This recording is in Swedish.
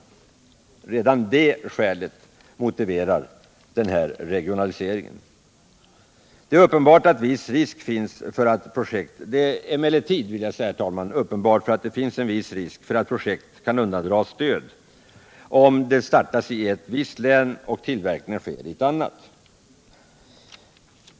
Redan det skälet motiverar den här regionaliseringen. Det är emellertid uppenbart att det finns viss risk för att ett projekt kan undantas stöd om det startas i ett visst län och tillverkningen sker i ett annat.